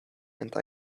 and